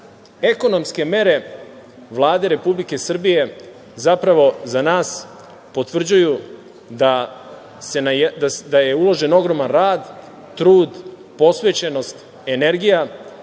upućuju. Ekonomske mere Vlade Republike Srbije, zapravo, za nas potvrđuju da je uložen ogroman rad, trud, posvećenost, energija,